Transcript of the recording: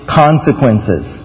consequences